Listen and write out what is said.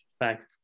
Thanks